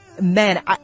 Man